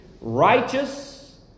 Righteous